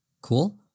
Cool